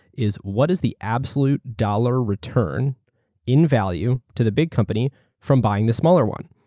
is what is the absolute dollar return in value to the big company from buying the smaller one?